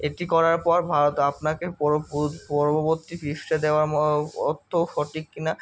একটি করার পর ভারত আপনাকে পূর্ববর্তী পৃষ্ঠা দেওয়া অর্থ সঠিক কি না